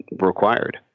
required